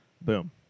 boom